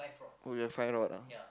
oh you have five rod ah